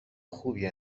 خوبیه